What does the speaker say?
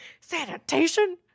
Sanitation